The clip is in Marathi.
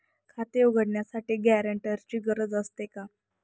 खाते उघडण्यासाठी गॅरेंटरची गरज असते का?